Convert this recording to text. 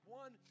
one